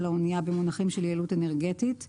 של האנייה במונחים של יעילות אנרגטית.